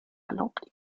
erlaubt